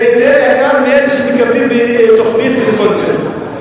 זה יותר יקר ממה שמקבלים בתוכנית ויסקונסין.